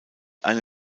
eine